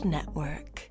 Network